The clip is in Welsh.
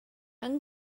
yng